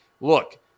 Look